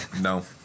no